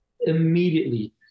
immediately